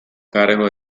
cargo